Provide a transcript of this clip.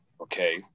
Okay